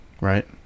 Right